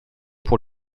pour